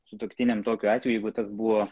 sutuoktiniam tokiu atveju jeigu tas buvo